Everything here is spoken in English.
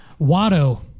Watto